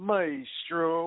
Maestro